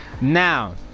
Now